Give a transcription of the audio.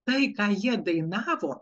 tai ką jie dainavo